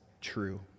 true